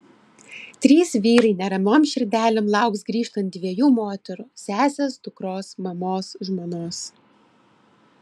trys vyrai neramiom širdelėm lauks grįžtant dviejų moterų sesės dukros mamos žmonos